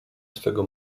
swego